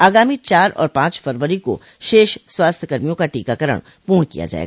आगामी चार और पांच फरवरी को शेष स्वास्थ्य कर्मियों का टीकाकरण पूर्ण किया जाये